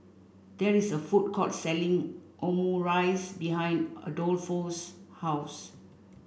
there is a food court selling Omurice behind Adolfo's house